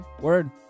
word